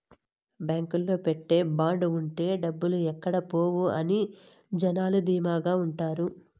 బాంకులో పెట్టే బాండ్ ఉంటే డబ్బులు ఎక్కడ పోవు అని జనాలు ధీమాగా ఉంటారు